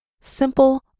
Simple